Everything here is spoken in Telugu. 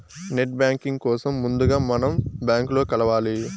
నెట్ బ్యాంకింగ్ కోసం ముందుగా మనం బ్యాంకులో కలవాలి